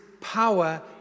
power